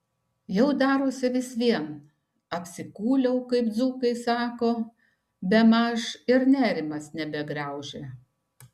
jau darosi vis vien apsikūliau kaip dzūkai sako bemaž ir nerimas nebegraužia